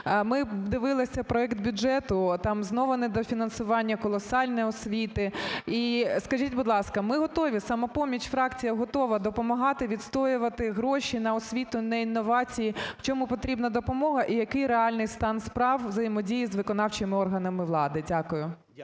Ми дивилися проект бюджету, там знову недофінансування колосальне освіти. І скажіть, будь ласка, ми готові, "Самопоміч" фракція готова допомагати, відстоювати гроші на освіту, на інновації. В чому потрібна допомога? І який реальний стан справ взаємодії з виконавчими органами влади? Дякую.